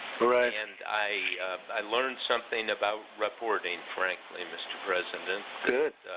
right. and i i learned something about reporting, frankly, mr. president. good.